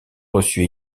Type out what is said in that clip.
reçut